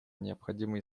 необходимо